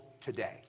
today